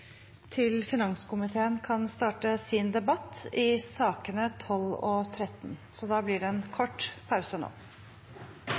til finanskomiteen kan starte sin debatt i sakene nr. 12 og 13. Da